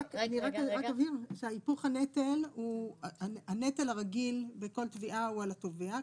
אני רק אבהיר שהנטל הרגיל בכל תביעה הוא על התובע,